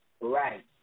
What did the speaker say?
Right